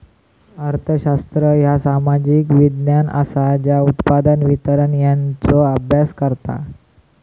अर्थशास्त्र ह्या सामाजिक विज्ञान असा ज्या उत्पादन, वितरण यांचो अभ्यास करता